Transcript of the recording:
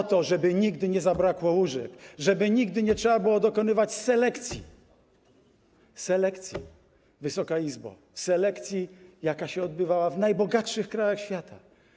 Po to, żeby nigdy nie zabrakło łóżek, żeby nigdy nie trzeba było dokonywać selekcji, Wysoka Izbo, selekcji, jaka się odbywała w najbogatszych krajach świata.